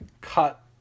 cut